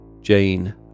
Jane